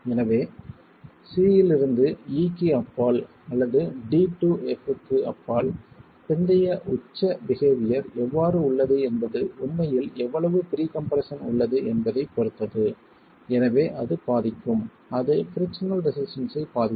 எனவே c இலிருந்து e க்கு அப்பால் அல்லது d டு f க்கு அப்பால் பிந்தைய உச்ச பிஹெவியர் எவ்வாறு உள்ளது என்பது உண்மையில் எவ்வளவு ப்ரீகம்ப்ரஷன் உள்ளது என்பதைப் பொறுத்தது எனவே அது பாதிக்கும் அது பிரிக்ஸனல் ரெசிஸ்டன்ஸ் ஐ பாதிக்கும்